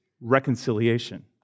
reconciliation